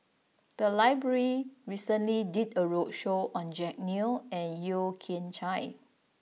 the library recently did a roadshow on Jack Neo and Yeo Kian Chai